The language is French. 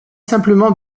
simplement